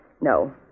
No